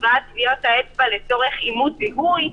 השוואת טביעות האצבע לצורך אימות זיהוי.